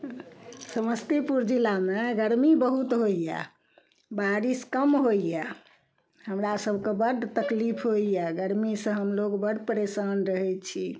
समस्तीपुर जिलामे गरमी बहुत होइए बारिश कम होइए हमरा सबके बड्ड तकलीफ होइए गरमीसँ हमलोग बड्ड परेशान रहय छी